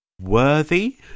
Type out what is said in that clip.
worthy